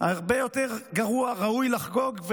הרבה יותר ראוי לחגוג,